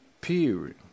Period